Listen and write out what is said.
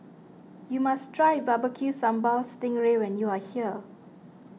you must try Barbecue Sambal Sting Ray when you are here